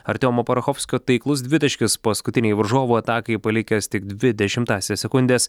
artiomo porochovskio taiklus dvitaškis paskutinei varžovų atakai palikęs tik dvi dešimtąsias sekundės